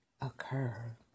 occur